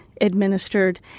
administered